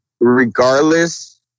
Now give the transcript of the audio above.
regardless